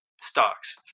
stocks